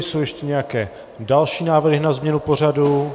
Jsou ještě nějaké další návrhy na změnu pořadu?